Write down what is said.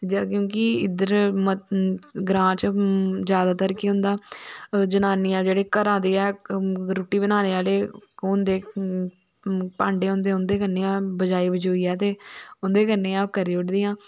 क्योंकि इद्धर ग्रां च ज्यादातर केह् होंदा जनानियां जेहडे़ घरा दे रुट्टी बनाने आहले होंदे भांडे होंदे उंदे कन्नै बजाई बजोई ऐ ते उंदे कन्नै गै ओह् करी ओड़दियां